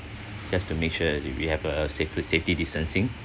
just to make sure we have a safer safety distancing